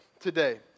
today